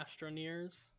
Astroneers